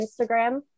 Instagram